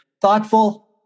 thoughtful